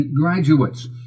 graduates